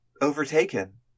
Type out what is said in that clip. overtaken